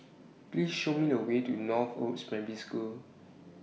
Please Show Me The Way to Northoaks School